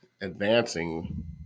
advancing